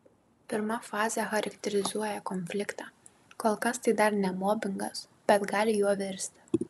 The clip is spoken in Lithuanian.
pirma fazė charakterizuoja konfliktą kol kas tai dar ne mobingas bet gali juo virsti